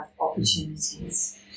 opportunities